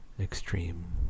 extreme